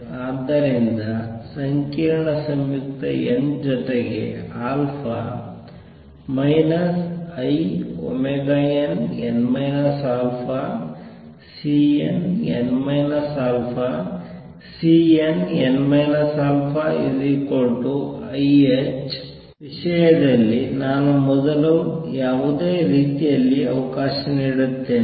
ಆದ್ದರಿಂದ ಸಂಕೀರ್ಣ ಸಂಯುಕ್ತ n ಜೊತೆಗೆ alpha inn α Cnn α Cnn α ih ವಿಷಯದಲ್ಲಿ ನಾನು ಮೊದಲು ಯಾವುದೇ ರೀತಿಯಲ್ಲಿ ಅವಕಾಶ ನೀಡುತ್ತೇನೆ